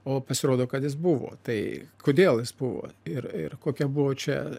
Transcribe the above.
o pasirodo kad jis buvo tai kodėl jis buvo ir ir kokia buvo čia